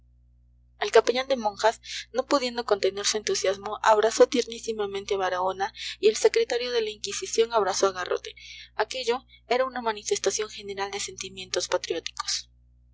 el capellán de monjas no pudiendo contener su entusiasmo abrazó tiernísimamente a baraona y el secretario de la inquisición abrazó a garrote aquello era una manifestación general de sentimientos patrióticos